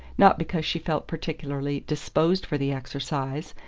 not because she felt particularly disposed for the exercise,